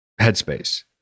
headspace